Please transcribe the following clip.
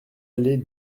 allée